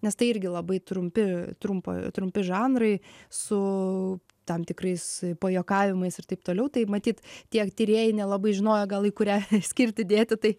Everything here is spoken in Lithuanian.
nes tai irgi labai trumpi trumpo trumpi žanrai su tam tikrais pajuokavimais ir taip toliau tai matyt tiek tyrėjai nelabai žinojo gal į kurią skirtį dėti tai